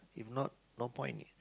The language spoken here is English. if not no point